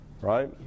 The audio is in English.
right